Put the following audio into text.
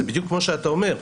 זה בדיוק כמו שאתה אומר,